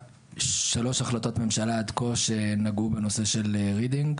שלוש החלטות ממשלה עד כה שנגעו בנושא של רידינג,